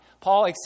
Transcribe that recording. Paul